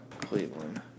Cleveland